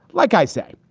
like i said,